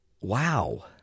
Wow